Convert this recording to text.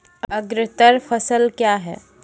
अग्रतर फसल क्या हैं?